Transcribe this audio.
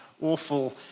awful